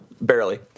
barely